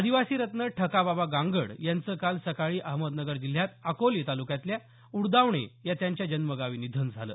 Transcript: आदिवासीरत्न ठकाबाबा गांगड यांचं काल सकाळी अहमदनगर जिल्ह्यात अकोले तालुक्यातल्या उडदावणे या त्यांच्या जन्मगावी निधन झालं